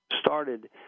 started